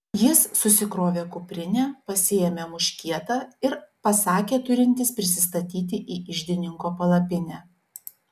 jis susikrovė kuprinę pasiėmė muškietą ir pasakė turintis prisistatyti į iždininko palapinę